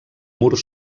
mur